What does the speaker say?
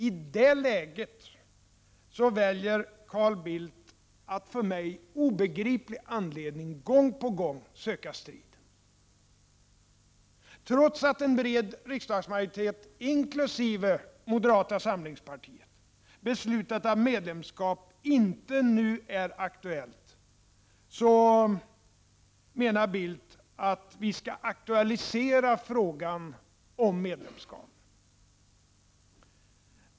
I det läget väljer Carl Bildt att, av för mig obegriplig anledning, gång på gång söka strid. Trots att en bred riksdagsmajoritet, inkl. moderata samlingspartiet, beslutat att medlemskap inte nu är aktuellt, menar Carl Bildt att vi skall aktualisera frågan om medlemskap.